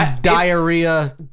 diarrhea